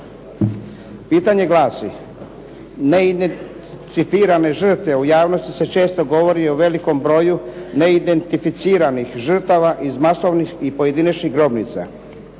Pitanje glasi, neidentificirane žrtve, u javnosti se često govori o velikom broju neidentificiranih žrtava iz masovnih i pojedinačnih grobnica.